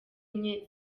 enye